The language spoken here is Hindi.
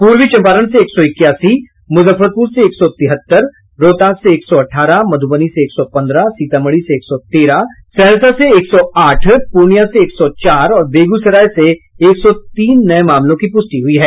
पूर्वी चंपारण से एक सौ इक्यासी मुजफ्फरपुर से एक सौ तिहत्तर रोहतास से एक सौ अठारह मध्रबनी से एक सौ पंद्रह सीतामढ़ी से एक सौ तेरह सहरसा से एक सौ आठ पूर्णिया से एक सौ चार और बेगूसराय से एक सौ तीन नये मामलों की पुष्टि हुई है